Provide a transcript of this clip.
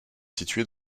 située